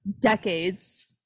decades